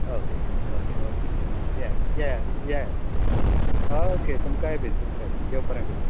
okay okay okay yes yes yes okay तुमकांय बीन तुमकांय बीन देव बरें करूं बाय